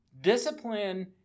Discipline